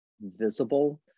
visible